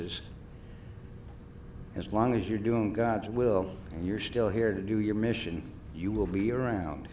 s as long as you're doing god's will and you're still here to do your mission you will be around